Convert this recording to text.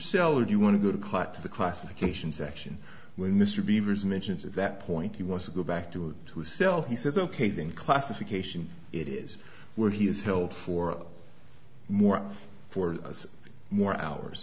cell or do you want to go to cut the classification section where mr beaver's mentions of that point he wants to go back to herself he says ok then classification it is where he is held for more for more hours